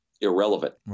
irrelevant